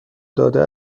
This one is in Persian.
داده